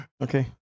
Okay